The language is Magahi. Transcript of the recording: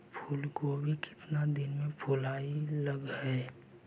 फुलगोभी केतना दिन में फुलाइ लग है?